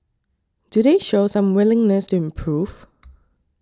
do they show some willingness to improve